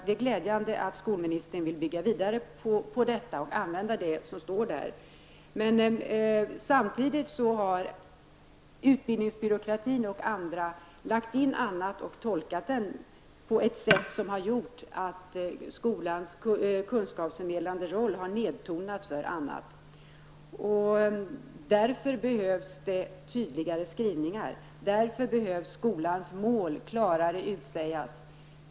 Det är glädjande att skolministern vill bygga vidare på den och använda det som står där. Men samtidigt har utbildningsbyråkratin lagt in en annan tolkning, vilket gjort att skolans kunskapsförmedlande roll har nedtonats framför annat. Därför behövs det tydligare skrivningar, därför behöver skolans mål klarare utsägas.